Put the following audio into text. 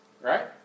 right